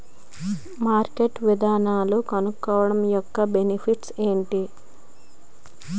Marketing విధానం కనుక్కోవడం యెక్క భవిష్యత్ ఏంటి?